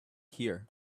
here